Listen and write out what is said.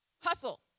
Hustle